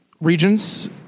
regions